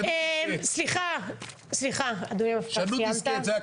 תשנו דיסקט.